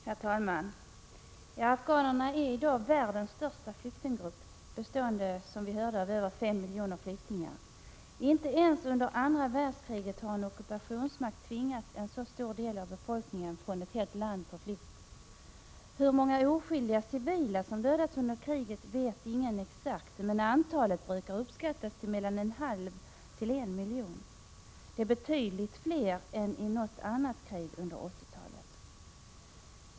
Herr talman! Afghanerna är i dag världens största flyktinggrupp, bestående av över 5 miljoner flyktingar. Inte ens under andra världskriget har en ockupationsmakt tvingat en så stor del av befolkningen från ett helt land på flykten. Exakt hur många oskyldiga civila som dödats under kriget vet ingen, 81 men antalet brukar uppskattas till mellan en halv och en miljon. Det är betydligt fler än i något annat krig under 80-talet.